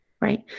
Right